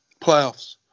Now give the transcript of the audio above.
playoffs